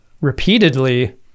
repeatedly